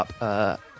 up